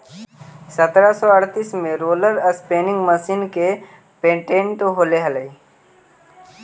सत्रह सौ अड़तीस में रोलर स्पीनिंग मशीन के पेटेंट होले हलई